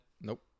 Nope